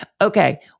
Okay